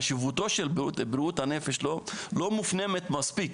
חשיבותה של בריאות הנפש לא מופנמת מספיק.